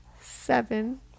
seven